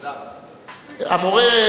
המורה,